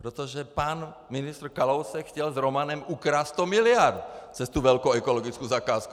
Protože pan ministr Kalousek chtěl s Romanem ukrást 100 mld. přes tu velkou ekologickou zakázku.